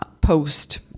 post